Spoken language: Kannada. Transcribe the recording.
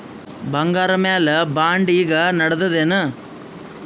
ಬಂಗಾರ ಮ್ಯಾಲ ಬಾಂಡ್ ಈಗ ನಡದದೇನು?